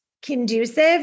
conducive